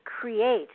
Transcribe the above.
create